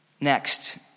Next